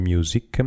Music